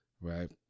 Right